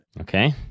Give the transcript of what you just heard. Okay